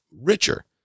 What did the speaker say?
richer